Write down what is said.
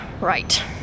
Right